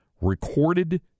recorded